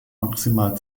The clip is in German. maximal